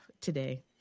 today